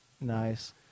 Nice